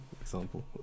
example